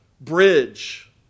bridge